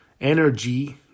energy